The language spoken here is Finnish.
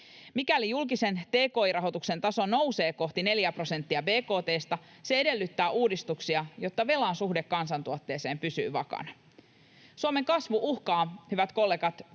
Mikäli julkisen tki-rahoituksen taso nousee kohti 4:ää prosenttia bkt:stä, se edellyttää uudistuksia, jotta velan suhde kansantuotteeseen pysyy vakaana. Suomen kasvu uhkaa, hyvät kollegat,